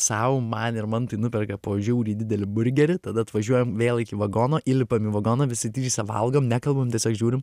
sau man ir mantui nuperka po žiauriai didelį burgerį tada atvažiuojam vėl iki vagono įlipam į vagoną visi trys valgom nekalbam tiesiog žiūrim